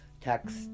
Text